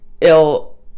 ill